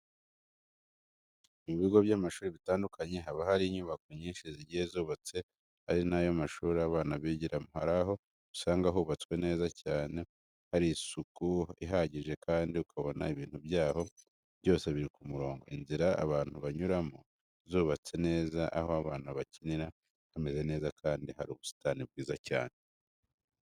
Mu bigo by'amashuri bitandukanye, haba hari unyubako nyinshi zigiye zubatse, ari na yo mashuri abana bigiramo. Hari aho usanga hubatswe neza cyane hari isuku ihagije kandi ukabona ibintu byaho byose biri ku murongo, inzira abantu banyuramo zubatse neza, aho abana bakinira hameze neza kandi hari n'ubusitani bwiza cyane.